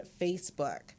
Facebook